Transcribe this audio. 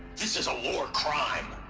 this is a war crime!